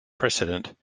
precedent